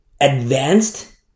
advanced